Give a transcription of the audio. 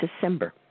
December